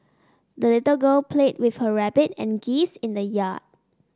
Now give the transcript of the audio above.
the little girl played with her rabbit and geese in the yard